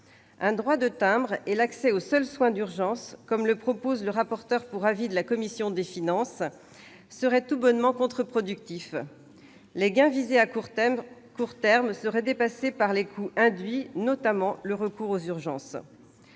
Un droit de timbre et l'accès aux seuls soins d'urgence, comme le propose le rapporteur pour avis de la commission des finances, seraient tout bonnement contre-productifs. Les gains visés à court terme seraient dépassés par les coûts induits, notamment le recours aux urgences.